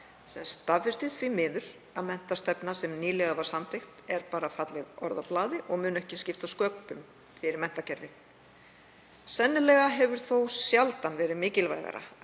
Það staðfestir því miður að menntastefnan sem nýlega var samþykkt er bara falleg orð á blaði og mun ekki skipta sköpum fyrir menntakerfið. Sennilega hefur þó sjaldan verið mikilvægara